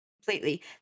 Completely